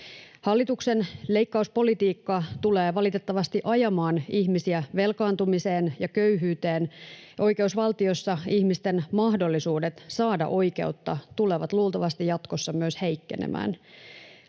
Hallituksen leikkauspolitiikka tulee valitettavasti ajamaan ihmisiä velkaantumiseen ja köyhyyteen. Oikeusvaltiossa ihmisten mahdollisuudet saada oikeutta tulevat luultavasti jatkossa myös heikkenemään.